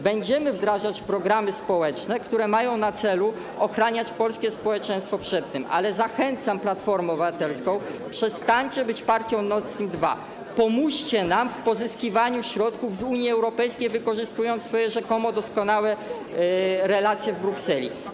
Będziemy wdrażać programy społeczne, które mają na celu ochronę polskiego społeczeństwa, ale zachęcam Platformę Obywatelską: przestańcie być partią Nord Stream 2, pomóżcie nam w pozyskiwaniu środków z Unii Europejskiej, wykorzystując swoje rzekomo doskonałe relacje z Brukselą.